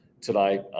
tonight